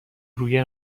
روی